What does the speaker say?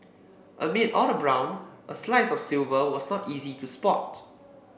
amid all the brown a slice of silver was not easy to spot